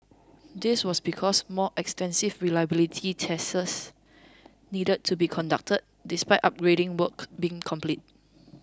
this was because more extensive reliability tests needed to be conducted despite upgrading work being complete